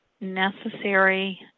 necessary